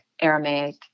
Aramaic